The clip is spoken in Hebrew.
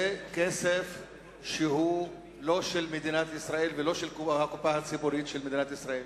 זה כסף שהוא לא של מדינת ישראל ולא של הקופה הציבורית של מדינת ישראל.